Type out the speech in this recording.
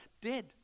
dead